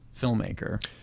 filmmaker